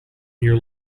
year